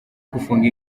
gufunga